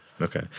Okay